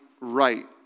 right